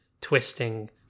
twisting